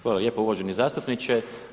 Hvala lijepo uvaženi zastupniče.